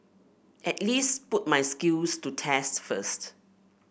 at least put my skills to test first